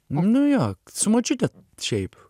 nu jo su močiute šiaip